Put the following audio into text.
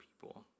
people